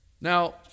Now